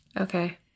okay